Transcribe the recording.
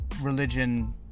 religion